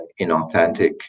inauthentic